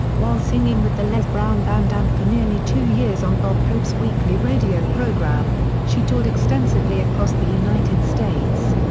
while singing with the les brown band and for nearly two years on bob hope's weekly radio program, she toured extensively across the united states.